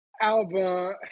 album